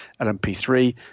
LMP3